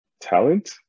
talent